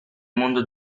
mondo